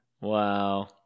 Wow